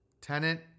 Tenant